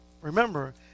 Remember